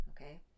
Okay